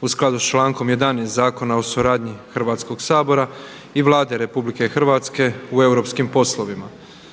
u skladu sa člankom 11. zakona o suradnji Hrvatskog sabora i Vlade Republike Hrvatske u europskim poslovima.